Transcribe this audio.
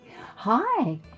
Hi